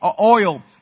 oil